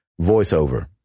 voiceover